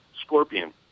scorpion